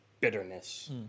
bitterness